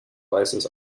weißes